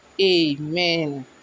Amen